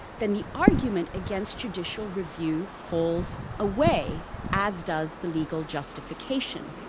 then the argument against judicial review falls away as does the legal justification.